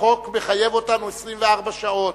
החוק מחייב אותנו 24 שעות.